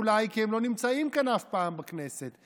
אולי כי הם לא נמצאים אף פעם כאן בכנסת,